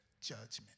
judgment